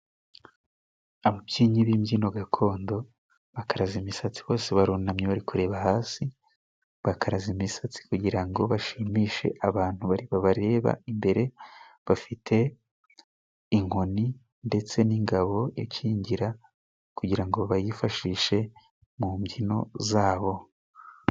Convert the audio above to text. Ababyinnyi b'imbyino gakondo bakaraza imisatsi bose barunamye bari kureba hasi bakaraze imisatsi kugira ngo bashimishe abantu babareba imbere bafite inkoni ndetse n'ingabo ikingira kugira ngo bayifashishe mu mbyino zabo.